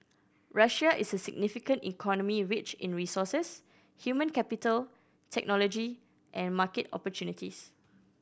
Russia is a significant economy rich in resources human capital technology and market opportunities